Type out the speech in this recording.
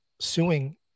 suing